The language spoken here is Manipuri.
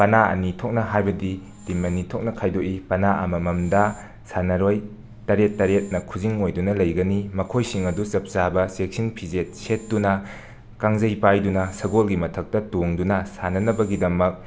ꯄꯅꯥ ꯑꯅꯤꯊꯣꯛꯅ ꯍꯥꯏꯕꯗꯤ ꯇꯤꯝ ꯑꯅꯤꯊꯣꯛꯅ ꯈꯥꯏꯗꯣꯛꯏ ꯄꯅꯥ ꯑꯃꯃꯝꯗ ꯁꯥꯟꯅꯔꯣꯏ ꯇꯔꯦꯠ ꯇꯔꯦꯠꯅ ꯈꯨꯖꯤꯡ ꯑꯣꯏꯗꯨꯅ ꯂꯩꯒꯅꯤ ꯃꯈꯣꯏꯁꯤꯡ ꯑꯗꯨ ꯆꯞ ꯆꯥꯕ ꯆꯦꯛꯁꯤꯟ ꯐꯤꯖꯦꯠ ꯁꯦꯠꯇꯨꯅ ꯀꯥꯡꯖꯩ ꯄꯥꯏꯗꯨꯅ ꯁꯒꯣꯜꯒꯤ ꯃꯊꯛ ꯇꯣꯡꯗꯨꯅ ꯁꯥꯟꯅꯅꯕꯒꯤꯗꯃꯛ